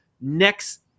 next